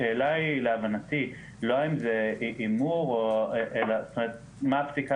השאלה היא להבנתי לא אם זה הימור אלא מה הפסיקה